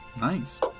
Nice